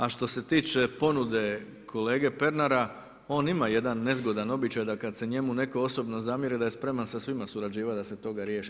A što se tiče ponude kolege Pernara, on ima jedan nezgodan običaj, da kad se njemu netko osobno zamjeri, da je spreman sa svima surađivati da se toga riješi.